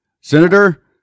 Senator